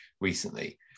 recently